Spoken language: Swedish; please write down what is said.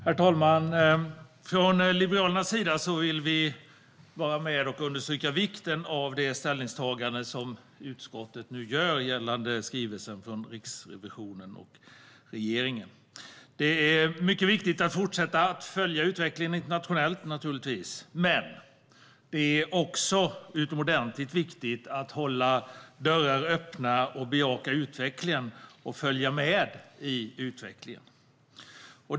Herr talman! Från Liberalernas sida vill vi vara med och understryka vikten av det ställningstagande som utskottet nu gör gällande skrivelsen från regeringen. Det är naturligtvis mycket viktigt att fortsätta att följa utvecklingen internationellt. Men det är också utomordentligt viktigt att hålla dörrar öppna, bejaka utvecklingen och följa med i utvecklingen.